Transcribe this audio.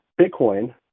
Bitcoin